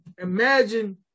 imagine